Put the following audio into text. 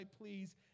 please